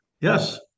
yes